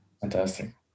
Fantastic